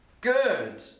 good